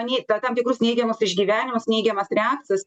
nei ta tam tikrus neigiamus išgyvenimus neigiamas reakcijas